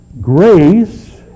Grace